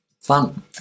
Fun